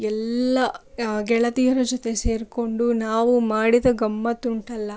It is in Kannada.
ಎಲ್ಲಾ ಗೆಳತಿಯರ ಜೊತೆ ಸೇರಿಕೊಂಡು ನಾವು ಮಾಡಿದ ಗಮ್ಮತ್ತುಂಟಲ್ಲ